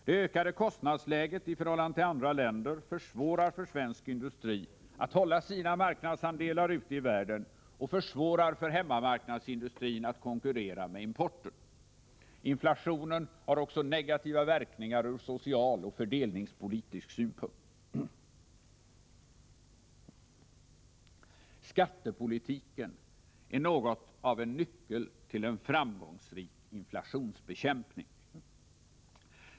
Det ökade kostnadsläget i förhållande till andra länder försvårar för svensk industri att hålla sina marknadsandelar ute i världen och försvårar för hemmamarknadsindustrin att konkurrera med importen. Inflationen har också negativa verkningar ur social och fördelningspolitisk synpunkt. Skattepolitiken är något av en nyckel till en framgångsrik inflationsbekämpning.